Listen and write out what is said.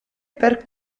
per